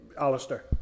Alistair